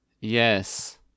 yes